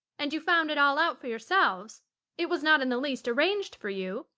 and you found it all out for yourselves it was not in the least arranged for you?